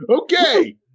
Okay